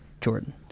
Jordan